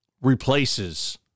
replaces